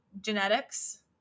genetics